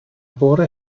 fore